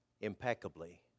impeccably